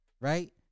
Right